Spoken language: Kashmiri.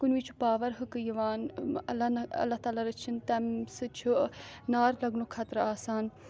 کُنہِ وِز چھُ پاور حکہٕ یِوان اللہ نہ اللہ تعالیٰ رٔچھِنۍ تَمہِ سۭتۍ چھُ نار لَگنُک خطرٕ آسان